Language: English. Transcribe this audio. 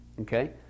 Okay